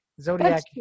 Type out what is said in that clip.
Zodiac